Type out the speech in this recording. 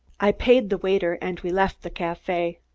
i paid the waiter and we left the cafe.